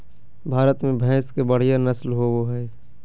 भारत में भैंस के बढ़िया नस्ल होबो हइ